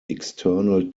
external